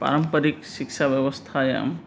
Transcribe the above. पारम्परिकशिक्षाव्यवस्थायां